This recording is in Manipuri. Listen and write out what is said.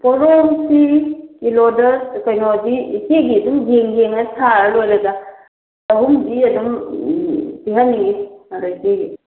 ꯄꯣꯔꯣꯡꯁꯤ ꯀꯤꯂꯣꯗ ꯀꯩꯅꯣꯗꯤ ꯏꯆꯦꯒꯤ ꯑꯗꯨꯝ ꯌꯦꯡ ꯌꯦꯡ ꯁꯥꯔꯒ ꯂꯣꯏꯔꯦꯗ ꯆꯍꯨꯝꯗꯤ ꯑꯗꯨꯝ ꯄꯤꯍꯟꯅꯤꯡꯉꯤ ꯑꯥꯗꯒꯤ